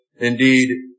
indeed